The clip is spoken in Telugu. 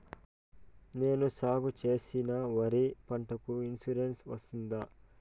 నేను సాగు చేసిన వరి పంటకు ఇన్సూరెన్సు వస్తుందా?